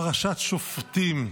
פרשת שופטים.